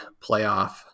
playoff